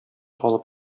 алып